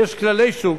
ויש כללי שוק,